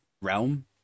realm